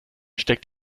steckt